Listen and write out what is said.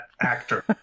actor